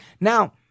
Now